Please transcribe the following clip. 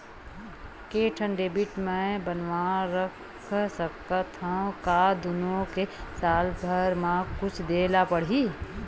के ठन डेबिट मैं बनवा रख सकथव? का दुनो के साल भर मा कुछ दे ला पड़ही?